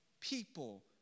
people